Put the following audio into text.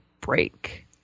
break